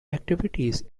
activities